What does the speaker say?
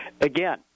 again